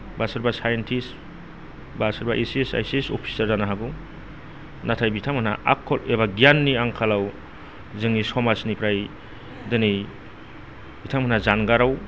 बा सोरबा साइन्टिस्ट बा सोरबा A C S I C S officer जानो हागौ नाथाय बिथांमोना आखल एबा गियाननि आंखालाव जोंनि समाजनिफ्राय दिनै बिथांमोनहा जानगाराव